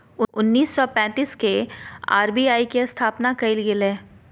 उन्नीस सौ पैंतीस के आर.बी.आई के स्थापना कइल गेलय